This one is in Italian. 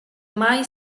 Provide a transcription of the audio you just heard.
mai